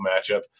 matchup